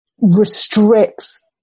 restricts